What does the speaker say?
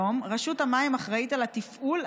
היום רשות המים אחראית על התפעול,